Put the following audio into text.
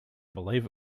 believe